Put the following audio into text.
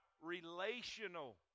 relational